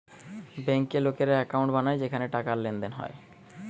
বেঙ্কে লোকেরা একাউন্ট বানায় যেখানে টাকার লেনদেন হয়